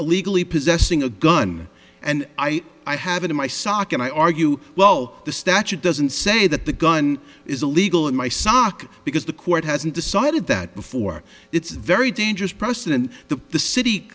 illegally possessing a gun and i have it in my sock and i argue well the statute doesn't say that the gun is illegal in my sock because the court hasn't decided that before it's very dangerous precedent that the city